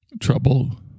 Trouble